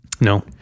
No